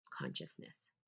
consciousness